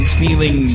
feeling